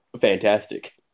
fantastic